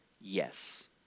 yes